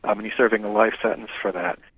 um and he's serving a life sentence for that.